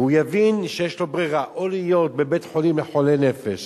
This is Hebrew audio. והוא יבין שיש לו ברירה או להיות בבית-חולים לחולי נפש